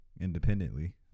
Independently